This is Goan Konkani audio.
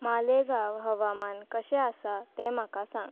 मालेगांव हवामान कशें आसा तें म्हाका सांग